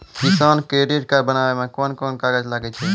किसान credit card बनाबै मे कोन कोन कागज लागै छै?